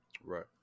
Right